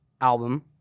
album